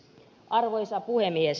arvoisa puhemies